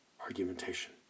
argumentation